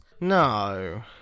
No